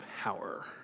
power